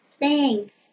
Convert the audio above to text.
thanks